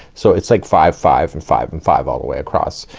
so it's like five, five and five and five, all the way across.